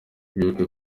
wibuke